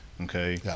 okay